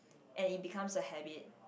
and it becomes a habit